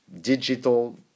digital